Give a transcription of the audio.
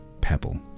pebble